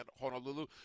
Honolulu